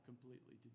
completely